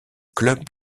club